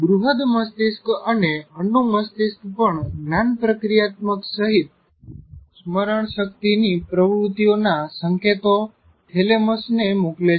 બૃહદ મસ્તિષ્ક અને અનુ મસ્તિષ્ક પણ જ્ઞાન પ્રક્રીયાત્મક સહિત સ્મરણ શક્તિની પ્રવૃત્તિઓના સંકેતો થેલેમસ ને મોકલે છે